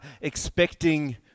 expecting